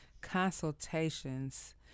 consultations